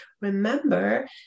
remember